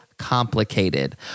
complicated